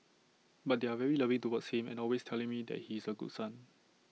but they are very loving towards him and always telling me that he is A good son